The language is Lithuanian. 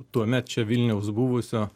tuomet čia vilniaus buvusio